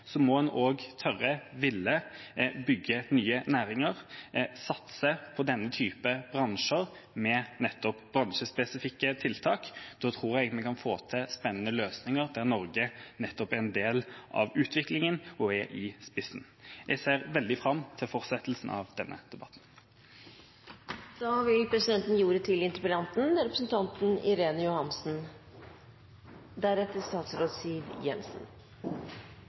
må vi også tørre, og ville, bygge nye næringer, satse på denne type bransjer med nettopp bransjespesifikke tiltak. Da tror jeg vi kan få til spennende løsninger der Norge nettopp er en del av utviklingen og er i spissen. Jeg ser veldig fram til fortsettelsen av denne debatten. Jeg vil